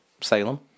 Salem